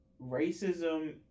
racism